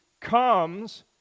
Comes